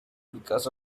because